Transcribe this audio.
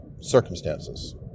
circumstances